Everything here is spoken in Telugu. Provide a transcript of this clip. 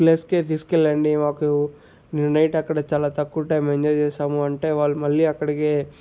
ప్లేస్కే తీసుకెళ్ళండి మాకు నిన్న నైట్ అక్కడ చాలా తక్కువ టైం ఎంజాయ్ చేసాము అంటే వాళ్ళు మళ్ళీ అక్కడికే